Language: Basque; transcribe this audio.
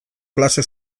klase